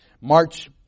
March